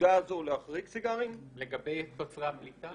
בנקודה הזאת להחריג סיגרים לגבי תוצרי הפליטה?